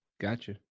Gotcha